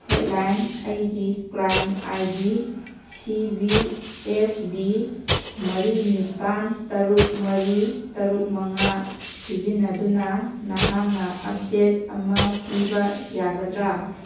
ꯍꯦꯠ ꯂꯥꯏꯟ ꯑꯩꯒꯤ claim I D C V S B ꯃꯔꯤ ꯅꯤꯄꯥꯜ ꯇꯔꯨꯛ ꯃꯔꯤ ꯇꯔꯨꯛ ꯃꯉꯥ ꯁꯤꯖꯤꯟꯅꯗꯨꯅ ꯅꯍꯥꯛꯅ ꯑꯞꯗꯦꯗ ꯑꯃ ꯄꯤꯕ ꯌꯥꯒꯗ꯭ꯔ